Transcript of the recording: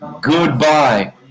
Goodbye